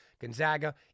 Gonzaga